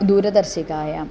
दूरदर्शिकायाम्